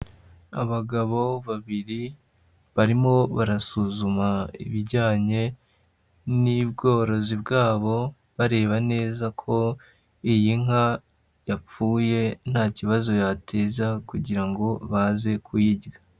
Abagabo babiri barimo barasuzuma ibijyanye n'ubworozi bwabo, bareba neza ko iyi nka yapfuye nta kibazo yateza kugira ngo baze kuyirya.